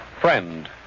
friend